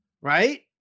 right